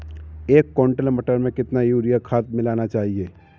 एक कुंटल मटर में कितना यूरिया खाद मिलाना चाहिए?